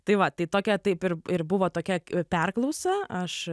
tai va tai tokia taip ir ir buvo tokia perklausa aš